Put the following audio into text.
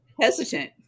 hesitant